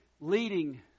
leading